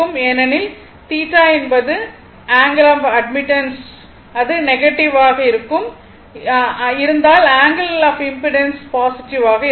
ஏனெனில் θY என்பது angle of admittance அது நெகட்டிவ் ஆக இருந்தால் ஆங்கிள் ஆப் இம்பிடன்ஸ் பாசிட்டிவ் ஆக இருக்கும்